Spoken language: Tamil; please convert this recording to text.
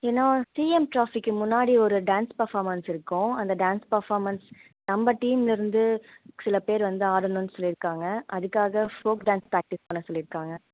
ஏன்னா சிஎம் ட்ராஃபிக்கு முன்னாடி ஒரு டான்ஸ் பர்ஃபாமன்ஸ் இருக்கும் அந்த டான்ஸ் பர்ஃபாமன்ஸ் நம்ம டீம்மில் இருந்து சில பேர் வந்து ஆடணும்னு சொல்லி இருக்காங்க அதுக்காக ஃபோக் டான்ஸ் ப்ராக்டிஸ் பண்ண சொல்லி இருக்காங்க